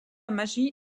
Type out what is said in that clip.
magie